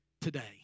today